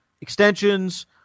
extensions